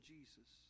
Jesus